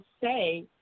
say